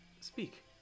speak